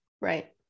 Right